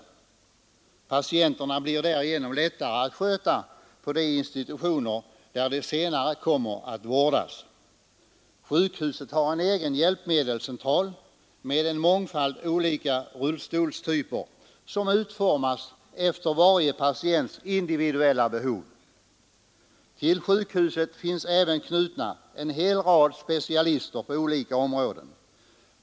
Patienterna blir därigenom lättare att sköta på de institutioner där de senare kommer att vårdas. Sjukhuset har också en egen hjälpmedelscentral med en mångfald olika rullstolstyper som utformas efter varje patients individuella behov. Likaså finns till sjukhuset knutna en hel rad specialister på olika områden.